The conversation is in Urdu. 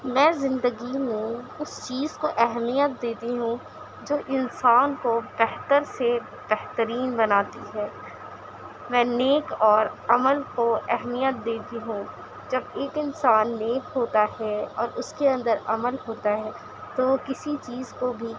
میں زندگی میں اس چیز کو اہمیت دیتی ہوں جو انسان کو بہتر سے بہترین بناتی ہے میں نیک اور عمل کو اہمیت دیتی ہوں جب ایک انسان نیک ہوتا ہے اور اس کے اندر عمل ہوتا ہے تو وہ کسی چیز کو بھی